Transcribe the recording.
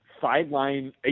sideline